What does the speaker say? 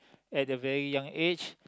at the very young age